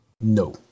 No